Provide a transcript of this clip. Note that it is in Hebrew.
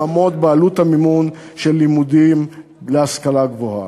לעמוד בעלות המימון של לימודים להשכלה גבוהה.